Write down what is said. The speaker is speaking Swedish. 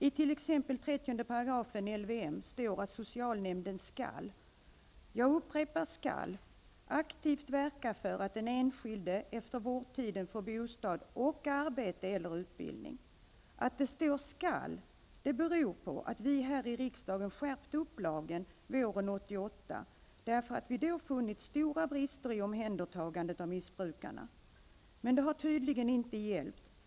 I t.ex. 30 § LVM står att socialnämnden aktivt skall -- jag upprepar: skall -- verka för att den enskilde efter vårdtiden får bostad och arbete eller utbildning. Att det står ''skall'' beror på att vi här i riksdagen skärpte lagen våren 1988, eftersom vi då funnit stora brister i omhändertagandet av missbrukarna. Men detta har tydligen inte hjälpt.